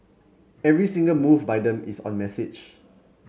every single move by them is on message